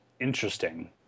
interesting